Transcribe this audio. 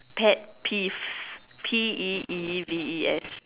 pet peeves P E E V E S